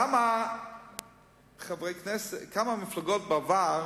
כמה מפלגות בעבר